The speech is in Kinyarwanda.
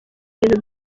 ibintu